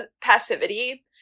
passivity